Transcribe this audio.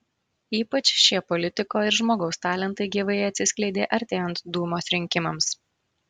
ypač šie politiko ir žmogaus talentai gyvai atsiskleidė artėjant dūmos rinkimams